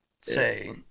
say